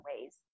ways